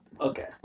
Okay